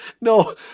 No